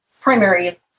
primary